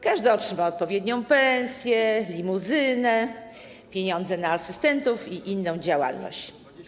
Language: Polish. Każdy otrzyma odpowiednią pensję, limuzynę, pieniądze na asystentów i inną działalność.